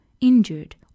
injured